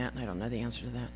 that and i don't know the answer t